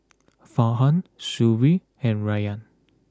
Farhan Shuib and Rayyan